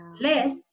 less